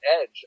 edge